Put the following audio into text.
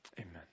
amen